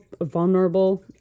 vulnerable